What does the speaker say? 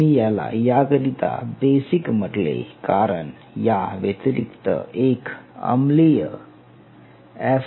मी याला याकरिता बेसिक म्हटले कारण या व्यतिरिक्त एक अम्लीय एफ